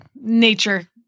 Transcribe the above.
nature